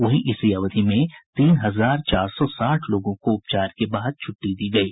वहीं इसी अवधि में तीन हजार चार सौ साठ लोगों को उपचार के बाद छ्ट्टी दी गयी